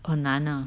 很难 ah